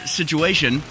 situation